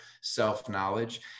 self-knowledge